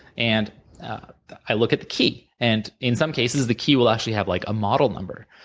and i look at the key and in some cases, the key will actually have like a model number.